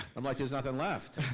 i'm like, there's nothing left.